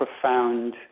profound